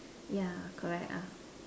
yeah correct ah